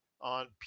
on